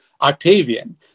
Octavian